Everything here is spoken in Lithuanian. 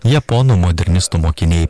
japonų modernistų mokiniai